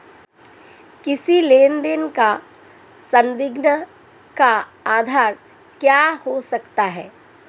किसी लेन देन का संदिग्ध का आधार क्या हो सकता है?